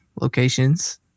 locations